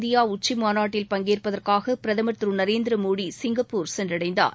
India உச்சிமாநாட்டில் பங்கேற்பதற்காக ASEAN பிரதமர் திரு நரேந்திர மோடி சிங்கப்பூர் சென்றடைந்துள்ளார்